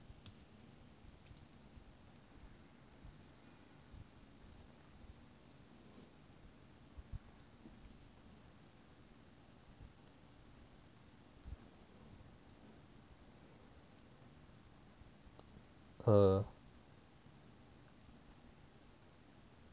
err